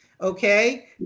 Okay